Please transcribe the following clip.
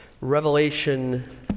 Revelation